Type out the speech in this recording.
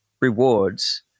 rewards